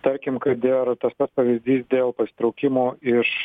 tarkim kad ir tas pats pavyzdys dėl pasitraukimo iš